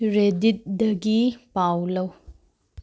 ꯔꯦꯗꯤꯠꯇꯒꯤ ꯄꯥꯎ ꯂꯧ